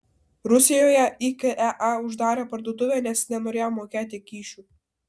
rusijoje ikea uždarė parduotuvę nes nenorėjo mokėti kyšių